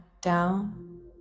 down